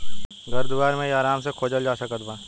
घर दुआर मे इ आराम से खोजल जा सकत बा